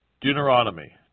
Deuteronomy